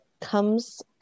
comes